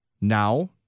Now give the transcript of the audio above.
now